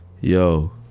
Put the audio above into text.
Yo